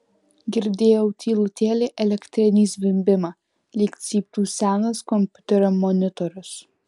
girdėjau tylutėlį elektrinį zvimbimą lyg cyptų senas kompiuterio monitorius